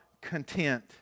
content